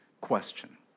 question